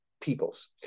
peoples